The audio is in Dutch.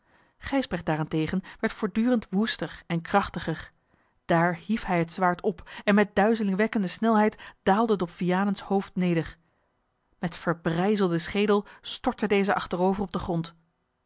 gijsbrecht daarentegen werd voortdurend woester en krachtiger daar hief hij het zwaard op en met duizelingwekkende snelheid daalde het op vianens hoofd neder met verbrijzelden schedel stortte deze achterover op den grond